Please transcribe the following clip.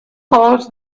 calls